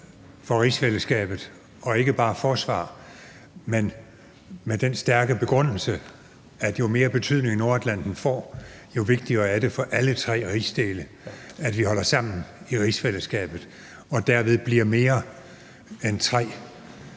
for rigsfællesskabet, og ikke bare et forsvar, men med den stærke begrundelse, at jo mere betydning Nordatlanten får, jo vigtigere er det for alle tre rigsdele, at vi holder sammen i rigsfællesskabet og derved bliver mere end tre